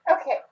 Okay